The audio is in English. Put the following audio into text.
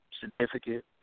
significant